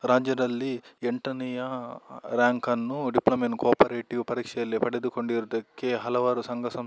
ರಾಜ್ಯದಲ್ಲಿ ಎಂಟನೇಯ ರ್ಯಾಂಕನ್ನು ಡಿಪ್ಲೋಮ ಇನ್ ಕೋಪರೇಟಿವ್ ಪರೀಕ್ಷೆಯಲ್ಲಿ ಪಡೆದುಕೊಂಡಿರೋದಕ್ಕೆ ಹಲವಾರು ಸಂಘ